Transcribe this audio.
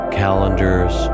calendars